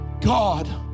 God